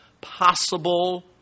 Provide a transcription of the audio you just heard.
possible